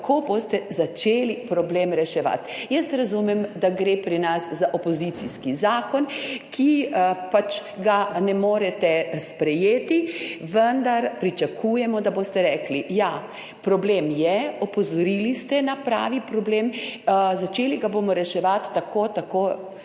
kako boste začeli problem reševati. Jaz razumem, da gre pri nas za opozicijski zakon, ki ga pač ne morete sprejeti, vendar pričakujemo, da boste rekli, ja, problem je, opozorili ste na pravi problem, začeli ga bomo reševati tako ali